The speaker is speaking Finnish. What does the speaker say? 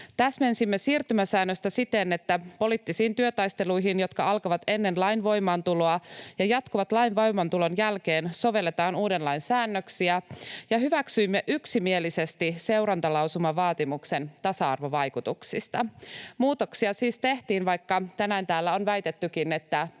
Täsmensimme siirtymäsäännöstä siten, että poliittisiin työtaisteluihin, jotka alkavat ennen lain voimaantuloa ja jatkuvat lain voimaantulon jälkeen, sovelletaan uuden lain säännöksiä. Hyväksyimme yksimielisesti seurantalausuman vaatimuksen tasa-arvovaikutuksista. Muutoksia siis tehtiin, vaikka tänään täällä on väitettykin, että